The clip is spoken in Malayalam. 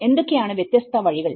എന്തൊക്കെയാണ് വ്യത്യസ്ത വഴികൾ